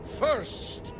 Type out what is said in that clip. first